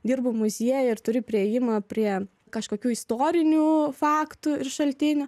dirbu muziejuje ir turi priėjimą prie kažkokių istorinių faktų ir šaltinių